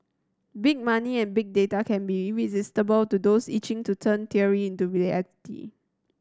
big money and bigger data can be irresistible to those itching to turn theory into reality